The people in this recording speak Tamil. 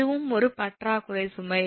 இதுவும் ஒரு பற்றாக்குறை சுமை